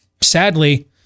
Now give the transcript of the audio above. Sadly